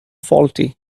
faulty